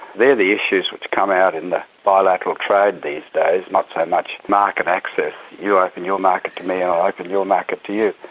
they are the issues which come out in the bilateral trade these days, not so much a market access. you open your market to me, i'll open your market to you.